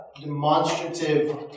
demonstrative